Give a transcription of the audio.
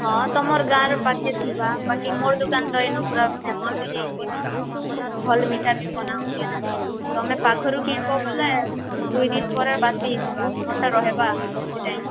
ହଁ ତମର ଗାଁରେ ପାଖି ଥିବା ବାକି ମୋର୍ ଦୁକାନ ତ ଏଇନୁ ପୁରା ଫେମସ ହେଇଯାଇଚି ଭଲ ମିଠା ବି ବନା ହଉଚେ ନା ତମେ ପାଖରୁ କିଣିବ ବୋଲେ ଦୁଇ ଦିନ ପରେ ବାସି ହେଇଯିବା ମୋର୍ଟା ରହିବା ବେଶି ଟାଇମ୍